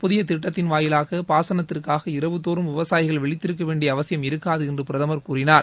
புதிய திட்டத்தின் வாயிலாக பாசனத்திற்காக இரவு தோறும் விவசாயிகள் விழித்திருக்க வேண்டிய அவசியம் இருக்காது என்று பிரதமர் கூறினார்